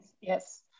Yes